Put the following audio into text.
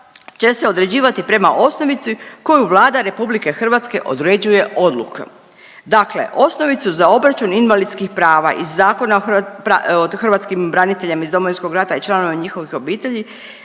će se određivati prema osnovici koju Vlada RH određuje odlukom. Dakle osnovicu za obračun invalidskih prava iz Zakona o hrvatskim braniteljima iz Domovinskog rata i članovima njihovih obitelji